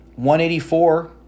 184